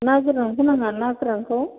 ना गोरानखौ नाङा ना गोरानखौ